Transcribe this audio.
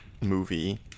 movie